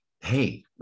hey